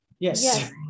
Yes